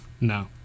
No